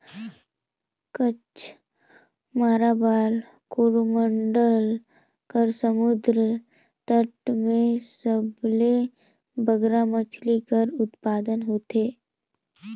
कच्छ, माराबार, कोरोमंडल कर समुंदर तट में सबले बगरा मछरी कर उत्पादन होथे